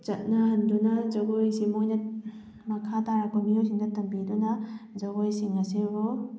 ꯆꯠꯅꯍꯟꯗꯨꯅ ꯖꯒꯣꯏꯁꯤ ꯃꯣꯏꯅ ꯃꯈꯥ ꯇꯥꯔꯛꯄ ꯃꯤꯑꯣꯏꯁꯤꯡꯗ ꯇꯝꯕꯤꯗꯨꯅ ꯖꯒꯣꯏꯁꯤꯡ ꯑꯁꯤꯕꯨ